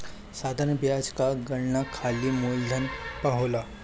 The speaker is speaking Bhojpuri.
साधारण बियाज कअ गणना खाली मूलधन पअ होला